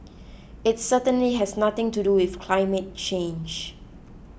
its certainly has nothing to do with climate change